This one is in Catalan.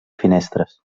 finestres